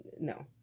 No